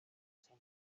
fer